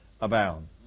abound